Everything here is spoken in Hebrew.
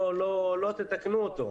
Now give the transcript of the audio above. לא תתקנו אותו.